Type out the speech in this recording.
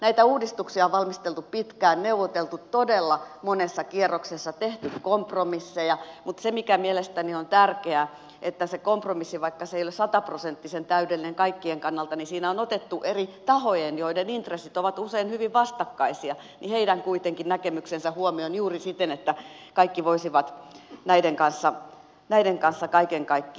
näitä uudistuksia on valmisteltu pitkään on neuvoteltu todella monessa kierroksessa tehty kompromisseja mutta mielestäni on tärkeää että siinä kompromississa vaikka se ei ole sataprosenttisen täydellinen kaikkien kannalta on otettu eri tahojen joiden intressit ovat usein hyvin vastakkaisia näkemykset kuitenkin huomioon juuri siten että kaikki voisivat näiden kanssa kaiken kaikkiaan elää